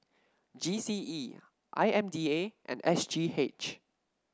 G C E I M D A and S G H